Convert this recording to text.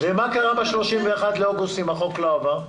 מה יקרה ב-31 באוגוסט אם החוק לא יעבור?